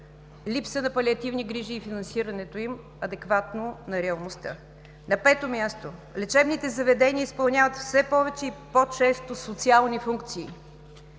липса на палиативни грижи и финансирането им адекватно на реалността. На пето място, лечебните заведения изпълняват все повече и по-често социални функции.